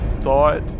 thought